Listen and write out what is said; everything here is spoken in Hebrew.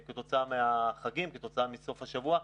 כתוצאה מהחגים ומסוף השבוע,